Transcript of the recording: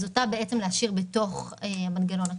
אז אותה בעצם להשאיר בתוך המנגנון הקיים.